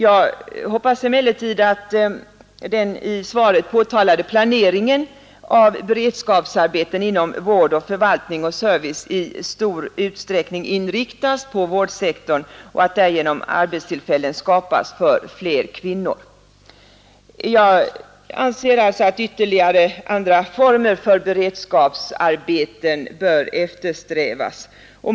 Jag hoppas emellertid att den i svaret påtalade planeringen av beredskapsarbeten inom vård, förvaltning och service i stor utsträckning inriktas på vårdsektorn och att därigenom arbetstillfällen skapas för fler kvinnor. Jag anser alltså att ytterligare former för beredskapsarbeten bör eftersträvas.